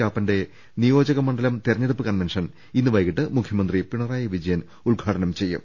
കാപ്പന്റെ നിയോജക മണ്ഡലം തെരഞ്ഞെടുപ്പുകൺ വെൻഷൻ ഇന്ന് വൈകീട്ട് മുഖ്യമന്ത്രി പിണറായി വിജയൻ ഉദ് ഘാടനം ചെയ്യും